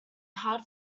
hard